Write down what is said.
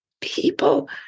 People